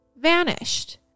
vanished